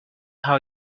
how